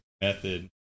method